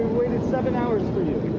seven hours for you.